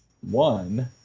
One